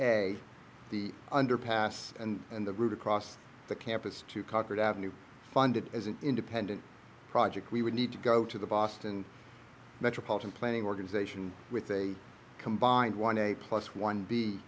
a the underpass and the route across the campus to concord ave funded as an independent project we would need to go to the boston metropolitan planning organization with a combined one a plus one b